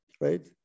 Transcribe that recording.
right